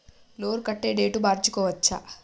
Loan కట్టే date మార్చుకోవచ్చా?